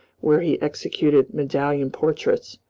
where he executed medallion portraits,